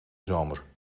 zomer